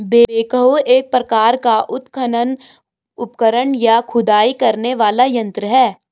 backhoe एक प्रकार का उत्खनन उपकरण, या खुदाई करने वाला यंत्र है